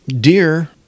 Dear